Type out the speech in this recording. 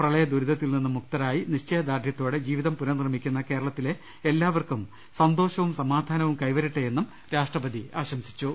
പ്രളയ ദുരിതത്തിൽ നിന്നു മുക്തരായി നിശ്ചയദാർഢ്യത്തോടെ ജീവിതം പുനർനിർമിക്കുന്ന കേരളത്തിലെ എല്ലാവർക്കും സന്തോഷവും സമാ ധാനവും കൈവരട്ടെയെന്നും രാഷ്ട്രപതി ആശംസിച്ചു